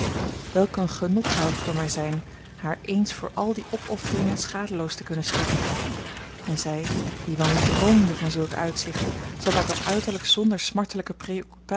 welk een genot zou het voor mij zijn haar eens voor al die opofferingen schadeloos te kunnen stellen en zij die wel niet droomde van zulke uitzichten zat daar toch uiterlijk zonder smartelijke